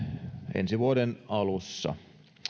ensi vuoden alussa